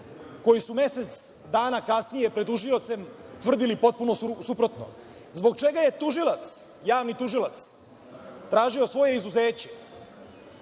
koji su mesec dana kasnije pred tužiocem tvrdili potpuno suprotno? Zbog čega je tužilac, javni tužilac, tražio svoje izuzeće?